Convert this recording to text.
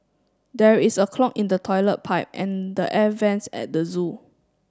there is a clog in the toilet pipe and the air vents at the zoo